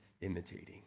imitating